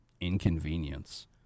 inconvenience